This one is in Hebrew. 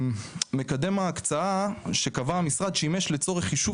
מקדם ההקצאה שקבע המשרד שימש לצורך חישוב